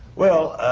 well,